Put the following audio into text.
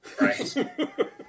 Right